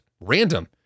random